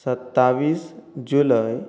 सत्तवीस जुलय